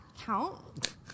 count